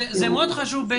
זה מאוד חשוב.